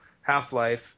Half-Life